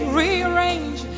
rearrange